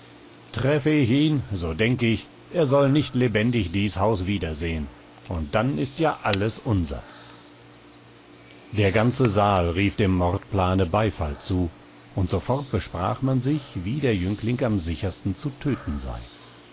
treffe ich ihn so denk ich er soll nicht lebendig dies haus wieder sehen und dann ist ja alles unser der ganze saal rief dem mordplane beifall zu und sofort besprach man sich wie der jüngling am sichersten zu töten sei